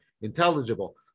intelligible